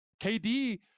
KD